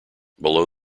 below